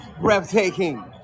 breathtaking